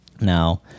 Now